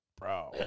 Bro